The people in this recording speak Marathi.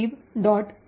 SO readelf r libmylib